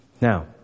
Now